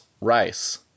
rice